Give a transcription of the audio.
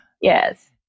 Yes